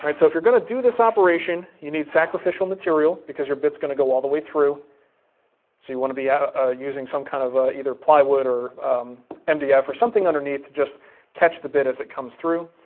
so if you're gonna do this operation, you need sacrificial material because your bit's gonna go all the way through so you want to be using some kind of ah either plywood or mdf or something underneath to just catch the bit as it comes through.